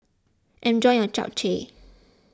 enjoy your Japchae